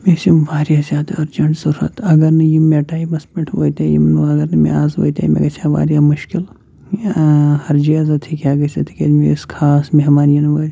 مےٚ ٲسۍ یِم ورایاہ زیادٕ أرجنٹہٕ ضرورت اگر نہٕ یِم مےٚ ٹایمس پٮ۪ٹھ واتے یِم اگر نہٕ مےٚ آز واتے گَژھہِ ہا واریاہ مُشکِل یا ہرجہِ عزت ہیٚکہِ ہا گَژھتھ تِکیازٕ مےٚ ٲسۍ خاص مہمان یِنہٕ وٲلۍ